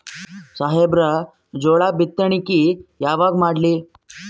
ಸಾಹೇಬರ ಜೋಳ ಬಿತ್ತಣಿಕಿ ಯಾವಾಗ ಮಾಡ್ಲಿ?